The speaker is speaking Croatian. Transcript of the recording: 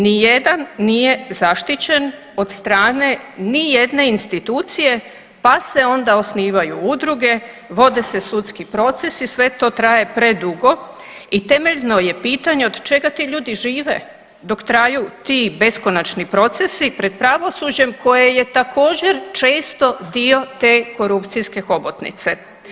Nijedan nije zaštićen od strane nijedne institucije pa se onda osnivaju udruge, vode se sudski procesi, sve to traje predugo i temeljno je pitanje od čega ti ljudi žive dok traju ti beskonačni procesi pred pravosuđem koje je također često dio te korupcijske hobotnice.